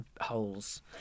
holes